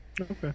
Okay